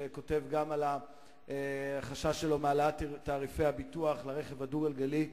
שגם כותב על החשש שלו מהעלאת תעריפי הביטוח לרכב הדו-גלגלי.